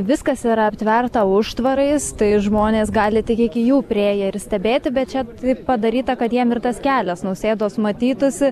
viskas yra aptverta užtvarais tai žmonės gali tik iki jų priėję ir stebėti bet čia taip padaryta kad jiem ir tas kelias nausėdos matytųsi